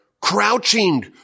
crouching